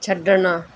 ਛੱਡਣਾ